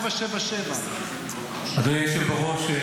777. אדוני היושב בראש,